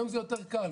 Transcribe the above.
היום זה יותר קל,